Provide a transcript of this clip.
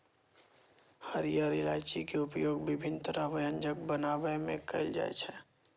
हरियर इलायची के उपयोग विभिन्न तरहक व्यंजन बनाबै मे कैल जाइ छै